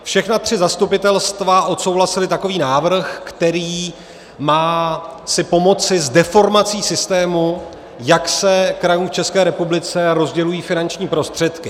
Všechna tři zastupitelstva odsouhlasila takový návrh, který má si pomoci s deformací systému, jak se krajům v České republice rozdělují finanční prostředky.